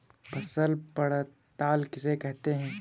फसल पड़ताल किसे कहते हैं?